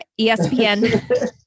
ESPN